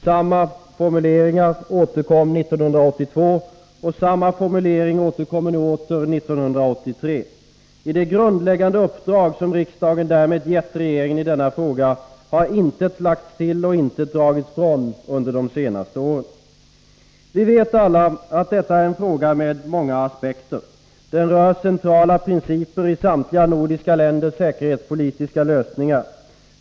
Samma formulering återkom 1982, och samma formulering återkommer nu 1983. I det grundläggande uppdrag som riksdagen därmed gett regeringen i denna fråga har intet lagts till och intet dragits från under de senaste åren. Vi vet alla att detta är en fråga med många aspekter. Den rör centrala principer i samtliga nordiska länders säkerhetspolitiska lösningar.